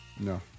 No